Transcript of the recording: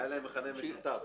היה להם מכנה משותף.